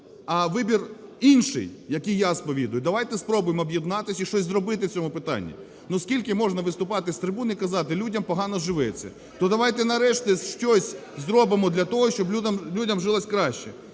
А вибір інший, який я сповідую – давайте спробуємо об'єднатися і щось зробити в цьому питанні. Ну, скільки можна виступати з трибуни і казати: людям погано живеться? То давайте нарешті щось зробимо для того, щоб людям жилося краще.